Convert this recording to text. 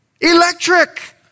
Electric